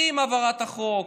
עם העברת החוק,